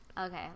Okay